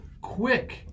quick